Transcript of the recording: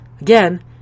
Again